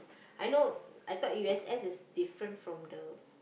I know I thought U_S_S is different from the